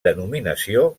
denominació